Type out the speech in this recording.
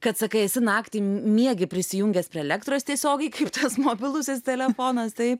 kad sakaisi naktį miegi prisijungęs prie elektros tiesiogiai kaip mobilusis telefonas tai